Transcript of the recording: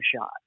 shot